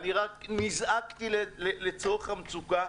רק נזעקתי לצורך המצוקה,